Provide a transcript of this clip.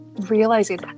realizing